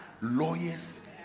lawyers